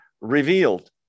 revealed